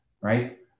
right